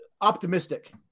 optimistic